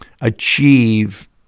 achieve